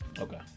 Okay